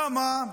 למה?